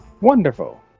Wonderful